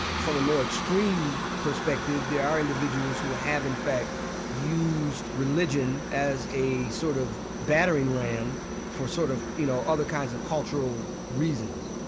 from a more extreme perspective, there are individuals who have in fact used religion as a sort of battering ram for sort of, you know, other kinds of cultural reasons